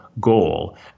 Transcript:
goal